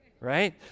right